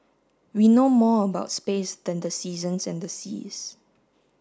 we know more about space than the seasons and the seas